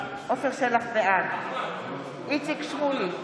בעד איציק שמולי,